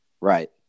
right